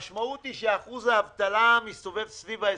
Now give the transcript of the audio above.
המשמעות היא שאחוז האבטלה הוא סביב ה-20%,